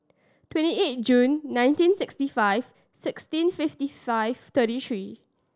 twenty eight June nineteen sixty five sixteen fifty five thirty three